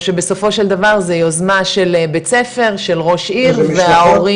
או שבסופו של דבר זה יוזמה של בית ספר של ראש עיר וההורים.